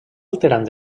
alterant